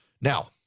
Now